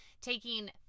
Taking